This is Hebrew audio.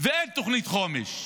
ואין תוכנית חומש.